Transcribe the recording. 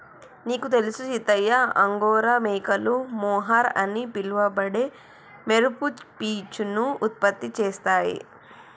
నీకు తెలుసు సీతయ్య అంగోరా మేకలు మొహర్ అని పిలవబడే మెరుపు పీచును ఉత్పత్తి చేస్తాయి